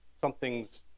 Something's